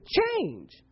change